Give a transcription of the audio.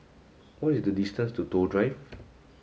what is the distance to Toh Drive